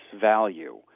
value